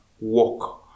work